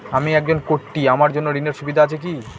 আমি একজন কট্টি আমার জন্য ঋণের সুবিধা আছে কি?